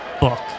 Book